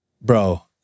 bro